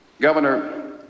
Governor